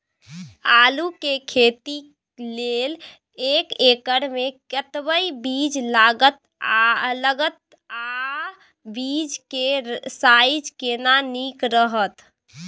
आलू के खेती लेल एक एकर मे कतेक बीज लागत आ बीज के साइज केना नीक रहत?